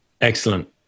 excellent